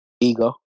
Ego